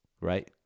right